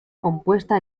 compuesta